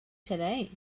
today